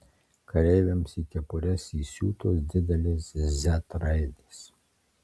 kareiviams į kepures įsiūtos didelės z raidės